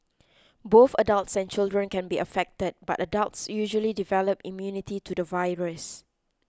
both adults and children can be affected but adults usually develop immunity to the virus